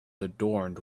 adorned